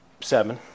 seven